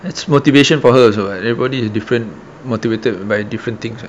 it's motivation for her also [what] everybody has different motivated by different things [what]